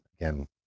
again